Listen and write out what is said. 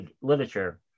Literature